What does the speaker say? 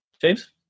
James